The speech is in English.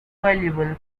valuable